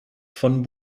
von